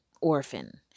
orphan